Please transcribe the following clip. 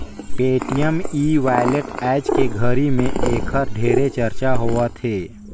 Paytm e wallet आयज के घरी मे ऐखर ढेरे चरचा होवथे